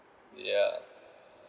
yeah